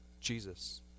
Jesus